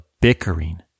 bickering